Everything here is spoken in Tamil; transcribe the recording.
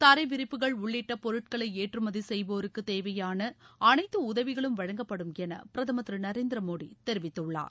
தரைவிரிப்புகள் உள்ளிட்ட பொருட்களை ஏற்றுமதி செய்வோருக்கு தேவையான அனைத்து உதவிகளும் வழங்கப்படும் என பிரதமர் திரு நரேந்திர மோடி தெரிவித்துள்ளார்